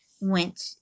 went